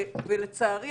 ולצערי,